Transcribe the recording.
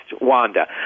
Wanda